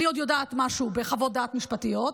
אני עוד יודעת משהו בחוות דעת משפטיות,